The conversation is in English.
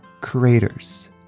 creators